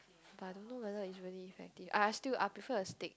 but I don't know whether it's really effective I still I prefer a stick